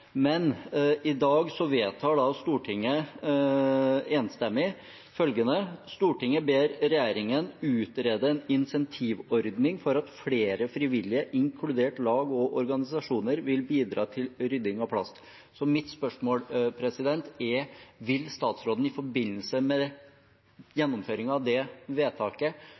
Men i dag vedtar Stortinget enstemmig følgende: «Stortinget ber regjeringen utrede en incentivordning for at flere frivillige, inkludert lag og organisasjoner, vil bidra til rydding av plast.» Så mitt spørsmål er: Vil statsråden i forbindelse med gjennomføringen av det vedtaket